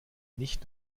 nicht